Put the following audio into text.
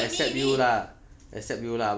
me me me me me